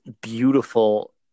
beautiful